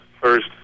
first